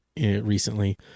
recently